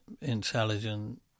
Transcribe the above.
intelligent